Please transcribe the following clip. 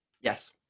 Yes